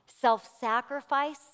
Self-sacrifice